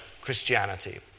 Christianity